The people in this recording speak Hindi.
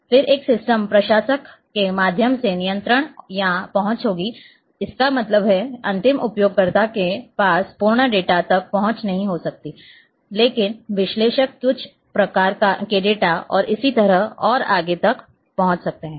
फिर एक सिस्टम प्रशासक के माध्यम से नियंत्रण या पहुंच होगी इसका मतलब है अंतिम उपयोगकर्ता के पास पूर्ण डेटा तक पहुंच नहीं हो सकती है लेकिन विश्लेषक कुछ प्रकार के डेटा और इसी तरह और आगे तक पहुंच सकते हैं